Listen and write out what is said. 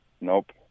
Nope